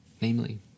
namely